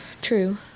true